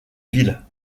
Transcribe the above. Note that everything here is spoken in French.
ville